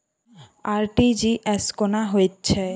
RTGS कोना होइत छै?